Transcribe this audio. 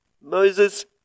Moses